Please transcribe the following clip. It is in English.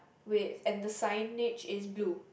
wait and the signage is blue